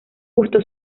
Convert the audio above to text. busto